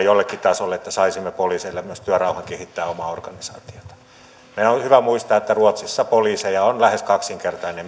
jollekin tasolle että saisimme poliiseille myös työrauhan kehittää omaa organisaatiotaan meidän on hyvä muistaa että ruotsissa poliiseja on lähes kaksinkertainen